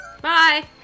Bye